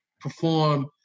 perform